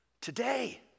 Today